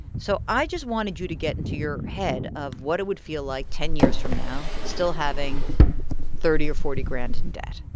so i just wanted you to get into your head of what it would feel like ten years from now still having thirty or forty grand in debt.